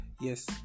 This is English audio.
Yes